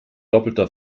doppelter